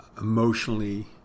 emotionally